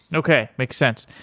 and okay, makes sense.